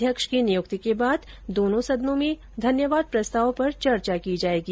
अध्यक्ष की नियुक्ति के बाद दोनों सदनों में धन्यवाद प्रस्ताव पर चर्चा की जाएगी